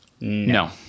No